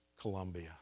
Colombia